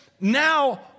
now